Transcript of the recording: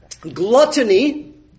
Gluttony